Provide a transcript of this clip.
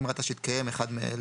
אם ראתה שהתקיים אחד מאלה: